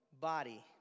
body